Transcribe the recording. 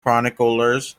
chroniclers